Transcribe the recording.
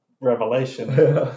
Revelation